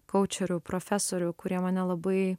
koučerių profesorių kurie mane labai